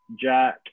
Jack